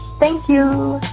thank you.